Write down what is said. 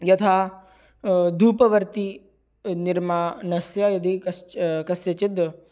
यथा धूपवर्ति निर्माणस्य यदि कश्च कस्यचित्